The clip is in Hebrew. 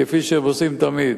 כפי שהם עושים תמיד.